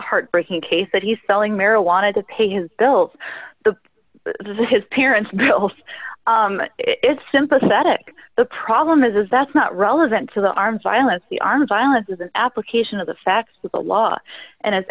heartbreaking case that he's selling marijuana to pay his bills the his parents it's sympathetic the problem is that's not relevant to the arms violence the arms violence is an application of the facts of the law and it's